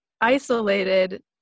isolated